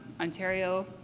Ontario